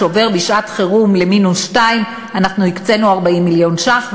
שעובר בשעת-חירום למינוס 2. אנחנו הקצינו 40 מיליון ש"ח,